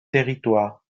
territoire